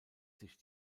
sich